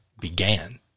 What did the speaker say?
began